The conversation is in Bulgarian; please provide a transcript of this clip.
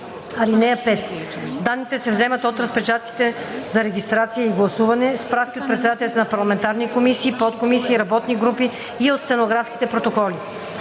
(5) Данните се вземат от разпечатките за регистрация и гласуване, справки от председателите на парламентарни комисии, подкомисии и работни групи и от стенографските протоколи.